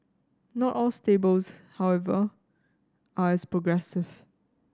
not all stables however are as progressive